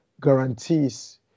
guarantees